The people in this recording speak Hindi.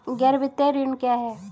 गैर वित्तीय ऋण क्या है?